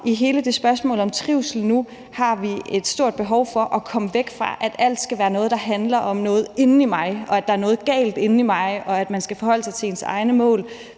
i hele det her spørgsmål om trivsel nu har et stort behov for at komme væk fra, at alt skal være noget, der handler om noget inde i den enkelte, og at der er noget galt med den enkelte, og at man skal forholde sig til ens egne mål.